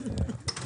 הנוכחי.